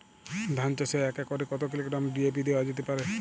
ধান চাষে এক একরে কত কিলোগ্রাম ডি.এ.পি দেওয়া যেতে পারে?